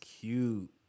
cute